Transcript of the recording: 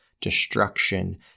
destruction